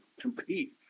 compete